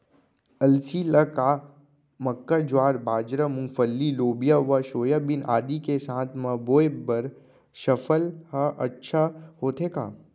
अलसी ल का मक्का, ज्वार, बाजरा, मूंगफली, लोबिया व सोयाबीन आदि के साथ म बोये बर सफल ह अच्छा होथे का?